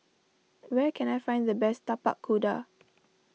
where can I find the best Tapak Kuda